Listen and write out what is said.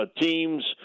Teams